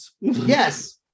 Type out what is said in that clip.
Yes